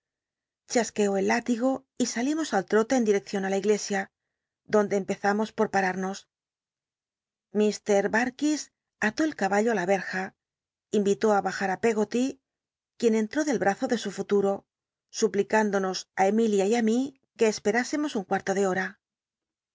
chasqueó el l itigo y salimos al trole en direccion á la iglesia donde empezamos por pararnos lr barkis ató el caballo á la crja imitó á bajar á peggoty quien enhó del brazo de su futuro suplicándonos á emilia y ü mí que espet ásemos un cuarto de bota